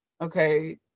okay